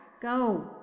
Go